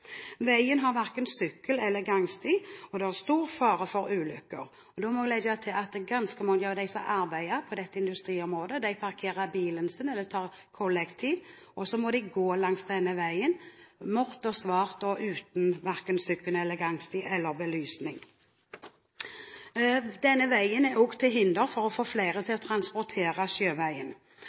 Veien har verken sykkelvei eller gangsti, og det er stor fare for ulykker. Da må jeg legge til at ganske mange av dem som arbeider på dette industriområdet, parkerer bilen sin eller reiser kollektivt, og så må de gå langs denne veien. Det er mørkt uten verken sykkelvei, gangsti eller belysning. Denne veien er også til hinder for å få flere til å transportere sjøveien,